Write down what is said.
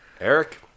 Eric